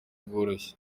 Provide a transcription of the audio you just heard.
bworoshye